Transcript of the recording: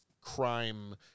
crime